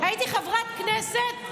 הייתי חברת כנסת,